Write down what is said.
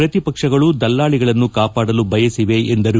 ಪ್ರತಿಪಕ್ಷಗಳು ದಲ್ಲಾಳಿಗಳನ್ನು ಕಾಪಾಡಲು ಬಯಸಿವೆ ಎಂದರು